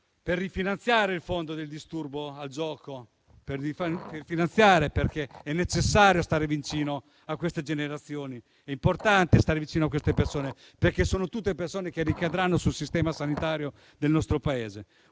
per rifinanziare il fondo per il gioco d'azzardo patologico, perché è necessario stare vicino alle nuove generazioni, è importante stare vicino a queste persone, perché sono tutte persone che poi ricadranno sul sistema sanitario del nostro Paese.